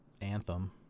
anthem